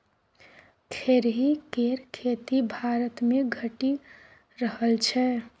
खेरही केर खेती भारतमे घटि रहल छै